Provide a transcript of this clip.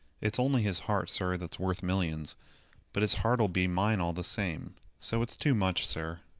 it's only his heart, sir that's worth millions but his heart'll be mine all the same so it's too much, sir.